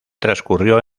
transcurrió